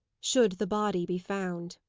should the body be found.